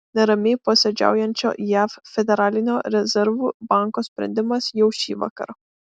neramiai posėdžiaujančio jav federalinio rezervų banko sprendimas jau šįvakar